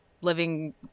living